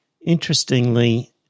interestingly